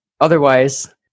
Otherwise